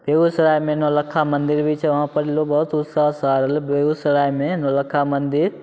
बेगूसरायमे नौलक्खा मन्दिर भी छै वहाँपर लोक बहुत उत्साहसे आबै छै बेगूसरायमे नौलक्खा मन्दिर